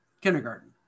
kindergarten